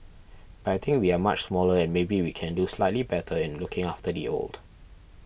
but I think we are much smaller and maybe we can do slightly better in looking after the old